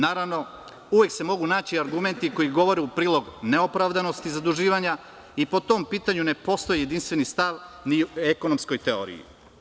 Naravno, uvek se mogu naći argumenti koji govore u prilog neopravdanosti zaduživanja i po tom pitanju ne postoji jedinstveni stav ni u ekonomskoj teoriji.